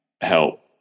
help